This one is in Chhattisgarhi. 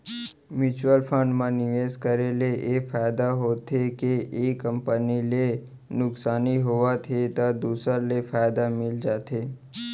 म्युचुअल फंड म निवेस करे ले ए फायदा होथे के एक कंपनी ले नुकसानी होवत हे त दूसर ले फायदा मिल जाथे